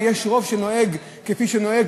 ויש רוב שנוהג כפי שנוהג,